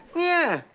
yeah.